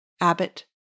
Abbott